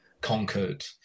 conquered